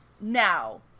now